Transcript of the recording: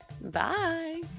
Bye